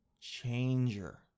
changer